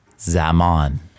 Zaman